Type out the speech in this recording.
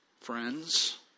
friends